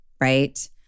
right